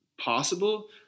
possible